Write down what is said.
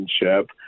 relationship